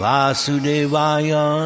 Vasudevaya